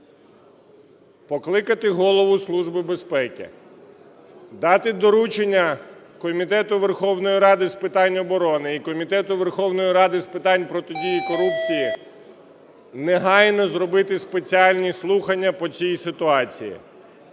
покликати Голову Служби безпеки, дати доручення Комітету Верховної Ради з питань оборони і Комітету Верховної Ради з питань протидії корупції негайно зробити спеціальні слухання по цій ситуації.